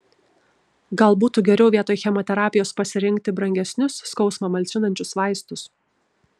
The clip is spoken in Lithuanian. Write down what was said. gal būtų geriau vietoj chemoterapijos pasirinkti brangesnius skausmą malšinančius vaistus